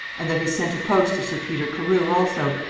and that he sent a post to sir peter carew also,